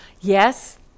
Yes